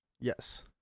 Yes